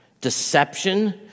deception